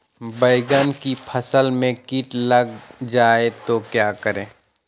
बैंगन की फसल में कीट लग जाए तो क्या करें?